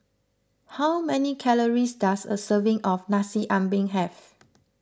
how many calories does a serving of Nasi Ambeng have